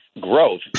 growth